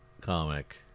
comic